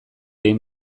egin